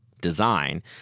design